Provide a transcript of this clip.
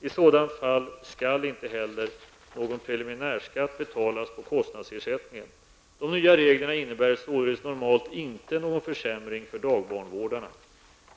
I sådant fall skall inte heller någon preliminärskatt betalas på kostnadsersättningen. De nya reglerna innebär således normalt inte någon försämring för dagbarnvårdarna.